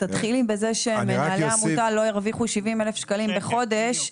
תתחילי בזה שמנהלי העמותה לא ירוויחו 70,000 שקלים בחודש,